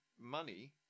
money